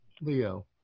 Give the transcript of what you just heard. Leo